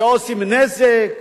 שעושים נזק.